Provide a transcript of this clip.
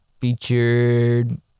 featured